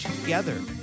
together